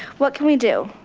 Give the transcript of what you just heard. what can we do,